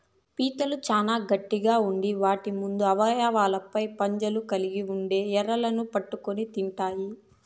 పీతలు చానా గట్టిగ ఉండి వాటి ముందు అవయవాలపై పంజాలు కలిగి ఉండి ఎరలను పట్టుకొని తింటాయి